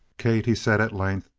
kate, he said at length,